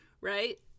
right